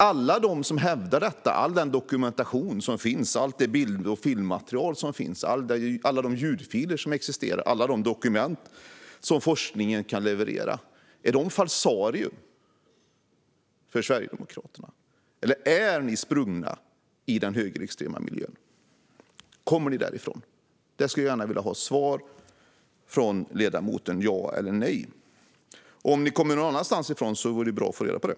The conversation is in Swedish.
Alla de som hävdar detta och all den dokumentation som existerar - allt bild och filmmaterial, alla ljudfiler och alla dokument som forskningen kan leverera - är det falsarier för Sverigedemokraterna? Eller är ni sprungna ur den högerextrema miljön? Kommer ni därifrån? Det skulle jag gärna vilja ha ett svar på från ledamoten. Ja eller nej? Om ni kommer någon annanstans ifrån vore det bra att få reda på det.